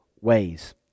ways